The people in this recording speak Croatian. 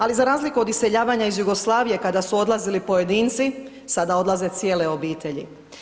Ali, za razliku od iseljavanja iz Jugoslavije kada su odlazili pojedinci, sada odlaze cijele obitelji.